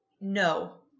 no